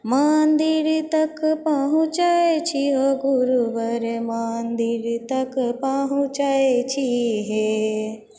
मन्दिर तक पहुँचै छी ओ गुरुवर मन्दिर तक पहुँचै छी हे